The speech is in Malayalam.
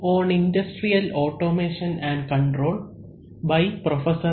on industrial automation and control by prof